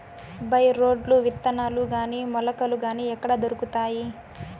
By రోడ్లు విత్తనాలు గాని మొలకలు గాని ఎక్కడ దొరుకుతాయి?